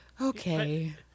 Okay